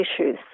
issues